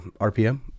RPM